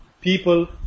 people